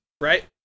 right